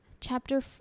chapter